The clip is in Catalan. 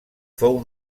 fou